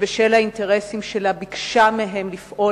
שבשל האינטרסים שלה ביקשה מהם לפעול